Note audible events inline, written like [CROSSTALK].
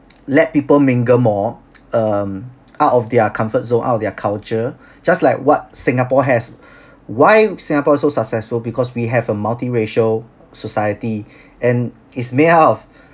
let people mingle more um out of their comfort zone out of their culture just like what singapore has [BREATH] why singapore is so successful because we have a multiracial society and is made out of